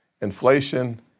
inflation